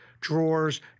drawers